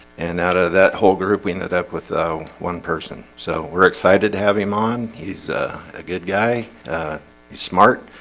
and out of that whole group we ended up with one person. so we're excited to have him on. he's a good guy he's smart